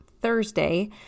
Thursday